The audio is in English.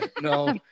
No